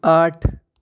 آٹھ